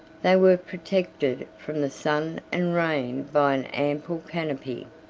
they were protected from the sun and rain by an ample canopy,